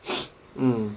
mm